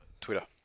Twitter